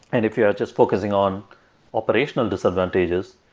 and if you are just focusing on operational disadvantages,